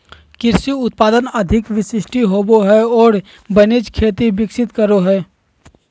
कृषि उत्पादन अधिक विशिष्ट होबो हइ और वाणिज्यिक खेती विकसित करो हइ